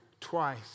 twice